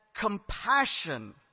compassion